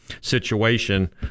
situation